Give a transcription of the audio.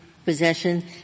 possession